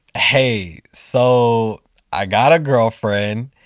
hey, so i got a girlfriend.